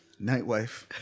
Nightwife